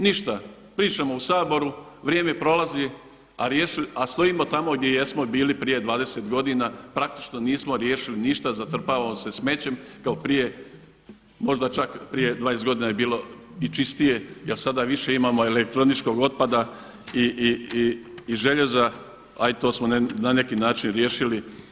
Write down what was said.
Ništa, pišemo u Saboru, vrijeme prolazi, a stojimo tamo gdje jesmo bili prije 20 godina, praktično nismo riješili ništa, zatrpavamo se smećem kao prije možda čak prije 20 godina je bilo i čistije jel sada više imamo elektroničkog otpada i željeza, a i to smo na neki način riješili.